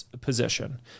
position